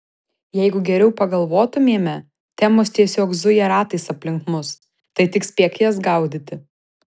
jeigu geriau pagalvotumėme temos tiesiog zuja ratais aplink mus tad tik spėk jas gaudyti